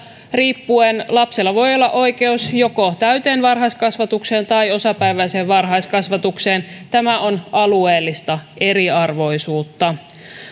riippuen lapsella voi olla oikeus joko täyteen varhaiskasvatukseen tai osapäiväiseen varhaiskasvatukseen tämä on alueellista eriarvoisuutta